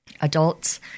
adults